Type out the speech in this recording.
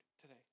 today